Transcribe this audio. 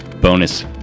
bonus